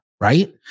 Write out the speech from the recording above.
right